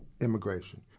immigration